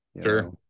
Sure